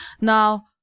Now